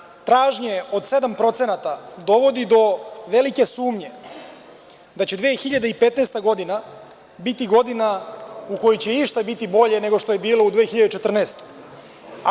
Smanjenje tražnje od 7% dovodi do velike sumnje da će 2015. godina biti godina u kojoj će išta biti bolje nego što je bilo u 2014. godini.